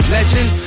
Legend